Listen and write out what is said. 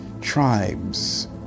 Tribes